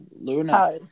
Luna